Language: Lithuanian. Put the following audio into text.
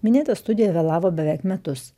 minėta studija vėlavo beveik metus